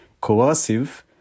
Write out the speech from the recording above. coercive